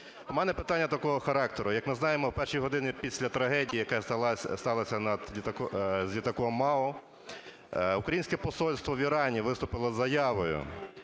У мене питання такого характеру. Як ми знаємо, о першій годині після трагедії, яка сталася з літаком МАУ, українське посольство в Ірані виступило з заявою,